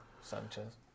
Sanchez